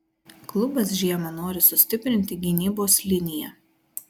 klubas žiemą nori sustiprinti gynybos liniją